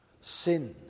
sin